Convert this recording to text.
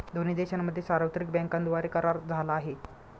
दोन्ही देशांमध्ये सार्वत्रिक बँकांद्वारे करार झाला आहे